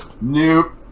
Nope